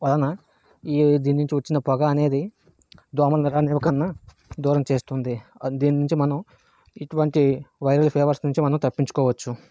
వలన ఈ దీని నుంచి వచ్చిన పొగ అనేది దోమలను రానివ్వకుండా దూరం చేస్తుంది అది దీని నుంచి మనం ఇటువంటి వైరల్ ఫీవర్స్ నుంచి మనం తప్పించుకోవచ్చు